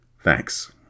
Thanks